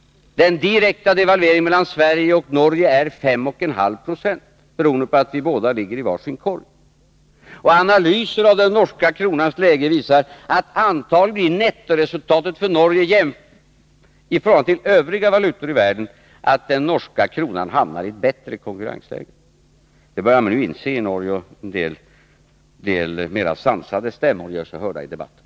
Den direkta devalveringen mellan Sverige och Norge är 5,5 20 beroende på att båda länderna ligger i var sin korg. Analyser av läget beträffande den norska kronan visar att nettoresultatet för Norge, i förhållande till övriga länder i världen, antagligen blir att den norska kronan hamnar i ett bättre konkurrensläge. Det börjar man nu inse i Norge, och en del mera sansade stämmor gör sig hörda i debatten.